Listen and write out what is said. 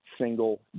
single